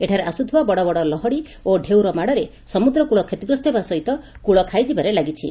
ଏଠାରେ ଆସୁଥିବା ବଡ ବଡ ଲହଡି ଓ ଢେଉର ମାଡରେ ସମୁଦ୍ର କ୍ଳ କ୍ଷତିଗ୍ରସ୍ଠ ହେବା ସହିତ କୂଳ ଖାଇ ଯିବାରେ ଲାଗିଛି